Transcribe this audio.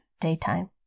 daytime